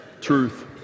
Truth